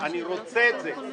אני רוצה את זה,